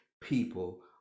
people